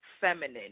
feminine